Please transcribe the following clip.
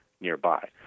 nearby